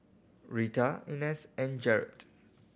Rita Ines and Jarett